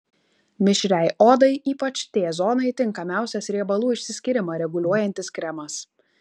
mišriai odai ypač t zonai tinkamiausias riebalų išsiskyrimą reguliuojantis kremas